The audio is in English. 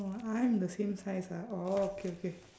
oh I'm the same size ah orh okay okay